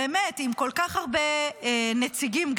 עם כל כך הרבה נציגים,